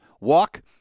Walk